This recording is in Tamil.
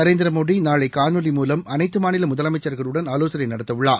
நரேந்திரமோடி நாளை காணொலி மூலம் அனைத்து மாநில முதலமைச்ச்களுடன் ஆலோசனை நடத்த உள்ளார்